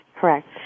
Correct